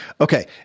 Okay